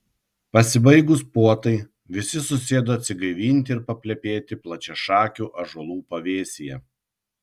pasibaigus puotai visi susėdo atsigaivinti ir paplepėti plačiašakių ąžuolų pavėsyje